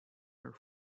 her